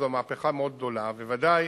זו מהפכה מאוד גדולה, וודאי